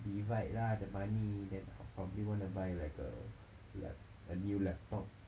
divide lah the money then I would probably wanna buy like a lap~ a new laptop